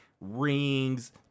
rings